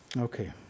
Okay